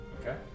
Okay